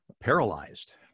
paralyzed